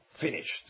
finished